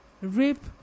rape